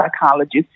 psychologist